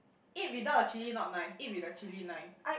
eat without the chilli not nice eat with the chilli nice